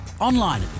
Online